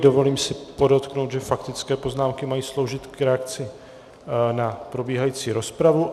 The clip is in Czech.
Dovolím si podotknout, že faktické poznámky mají sloužit k reakci na probíhající rozpravu.